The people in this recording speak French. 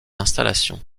installation